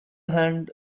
hand